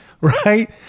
right